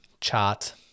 chart